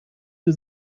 für